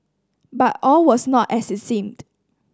but all was not as it seemed